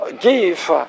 give